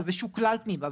זה שוקלל פנימה.